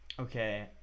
okay